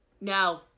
No